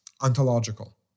ontological